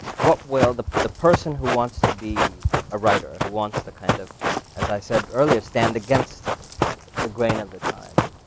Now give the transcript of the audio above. what will the the person who wants to be a writer, who wants to, kind of as i said earlier, stand against the grain of the time,